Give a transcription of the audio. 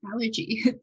allergy